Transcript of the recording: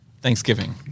Thanksgiving